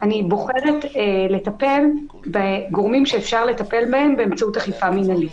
אני בוחרת לטפל בגורמים שאפשר לטפל בהם באמצעות אכיפה מינהלית.